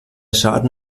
schaden